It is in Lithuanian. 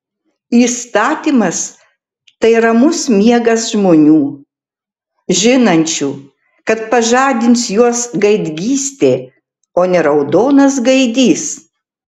įstatymas tai ramus miegas žmonių žinančių kad pažadins juos gaidgystė o ne raudonas gaidys